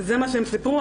זה מה שהם סיפרו.